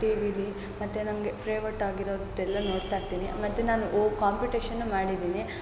T ವಿಲಿ ಮತ್ತು ನಂಗೆ ಫ್ರೇವೆಟ್ ಆಗಿರೋದೆಲ್ಲ ನೋಡ್ತಾಯಿರ್ತೀನಿ ಮತ್ತು ನಾನು ಒ ಕಾಂಪಿಟೇಷನೂ ಮಾಡಿದೀನಿ